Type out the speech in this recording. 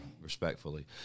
respectfully